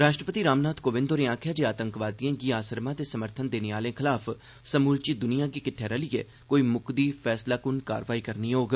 राष्ट्रपति रामनाथ कोविंद होरें आक्खेया ऐ जे आतंकवादियें गी आसरमा ते समर्थन देने आलें खलाफ समूलची द्निया गी किटठे रलियै कोई मुकदी फैसलाक्न कारवाई करनी होग